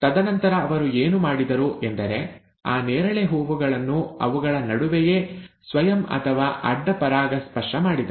ತದನಂತರ ಅವರು ಏನು ಮಾಡಿದರು ಎಂದರೆ ಆ ನೇರಳೆ ಹೂವುಗಳನ್ನು ಅವುಗಳ ನಡುವೆಯೇ ಸ್ವಯಂ ಅಥವಾ ಅಡ್ಡ ಪರಾಗಸ್ಪರ್ಶ ಮಾಡಿದರು